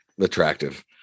attractive